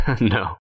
No